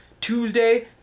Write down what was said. Tuesday